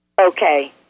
Okay